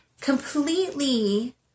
Completely